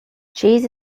cheese